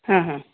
ಹಾಂ ಹಾಂ